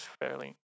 fairly